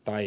tai